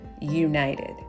united